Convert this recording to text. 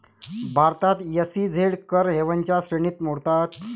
भारतात एस.ई.झेड कर हेवनच्या श्रेणीत मोडतात